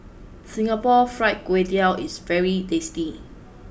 Singapore Fried Kway Tiao is very tasty